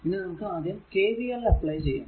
ഇനി നമുക്ക് ആദ്യം KVL അപ്ലൈ ചെയ്യണം